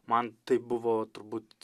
man tai buvo turbūt